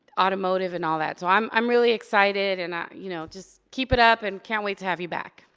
automotive and all that. so i'm i'm really excited and you know, just keep it up and can't wait to have you back.